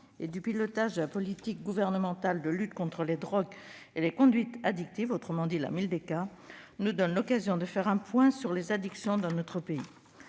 et du pilotage de la politique gouvernementale de lutte contre les drogues et les conduites addictives (Mildeca) nous donne l'occasion de faire un point sur les addictions dans notre pays.